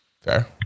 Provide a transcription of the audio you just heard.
Fair